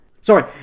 sorry